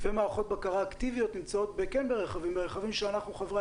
ומערכות בקרה אקטיביות נמצאות כן ברכבים ברכבים שאנחנו חברי